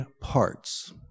parts